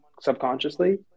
subconsciously